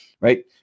right